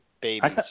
babies